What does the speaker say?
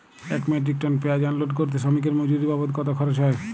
এক metric ton পেঁয়াজ unload করতে শ্রমিকের মজুরি বাবদ কত খরচ হয়?